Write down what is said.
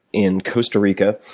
in costa rica.